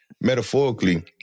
metaphorically